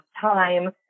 time